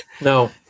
No